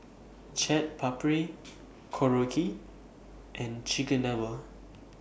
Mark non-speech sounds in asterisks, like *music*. Chaat Papri *noise* Korokke and Chigenabe